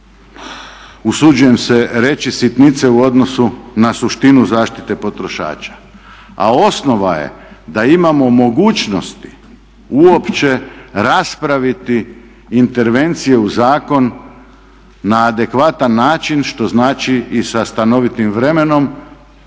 usuđujem se reći sitnice u odnosu na suštinu zaštite potrošača, a osnova je da imamo mogućnosti uopće raspraviti intervencije u zakon na adekvatan način što znači i sa stanovitim vremenom